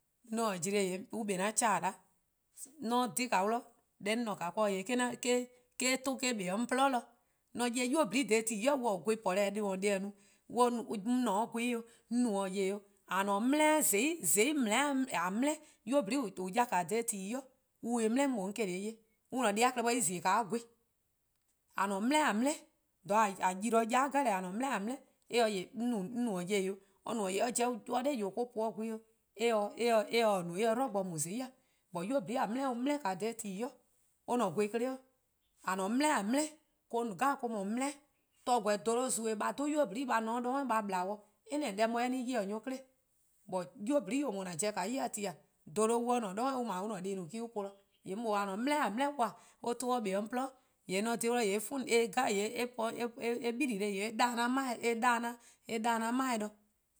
:Mor 'on taa-uh jlian :yee' on kpa 'o 'an 'keleh: da 'weh, :mor 'on :dhe-dih, deh 'on :ne-a 'ken :naa :yee' :eh :korn 'ton 'kpa 'o 'on :gwlii' de. :mor 'on 'ye 'nynuu: :nyene' ya-' dha ti :daa i' :mor on taa gu po-deh 'i deh+ 'i no, 'on :ne 'de gu 'di o, 'on :ne 'de :yeh 'da 'o, :a-a' dele:-eh :zai' dele:-eh :a dele:-a, 'nynuu: :nyene' :on ya-a dha ti :daa 'i on se-eh dele:-eh dele: 'on se-' 'ye, :an-a deh+-a klehkpeh en :zie' gu 'i. :a-a; dele:-eh: :a dele:-a, :da :a yi-dih-a yai' deh 'jeh :a dele: :a dele:-a eh :se 'on no-a :yeh 'da 'o, or no-a, eh 'jeh 'or 'da :yor :daa :or-' po-or 'de gu 'o eh se-a 'o no eh se 'dlu bo mu :zai, jorwor: 'nynuu: :nyene'-a dele:-eh an dele:-a dha ti daa 'i eh :ne gu 'kli'. :a-a' dele:-eh :a dele:-a :or-: no dele-eh 'jeh, glu gor dholo zue' a :dhu 'nynuu: :nyene' a :ne 'de :zorn a ple-dih any deh mor-' 'ye-dih nyor 'kle, but 'nynuu: :nyene' :daa :an pobo-a ya ti :daa, dholo-' :mor on ne 'de 'zorn on 'ble an-a'a: deh+ me-: an polo. :yee' 'mor :mlor 'an-a dele:-eh 'an dele:-a :mor 'ton 'kpa 'o 'on :gwlii' :yee' :mor 'on :dhe-dih :yee' eh 'bili:-dih :neheh' eh 'da-dih 'an mind de